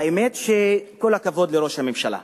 האמת שכל הכבוד לראש הממשלה.